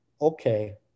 okay